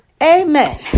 Amen